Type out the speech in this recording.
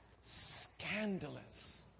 scandalous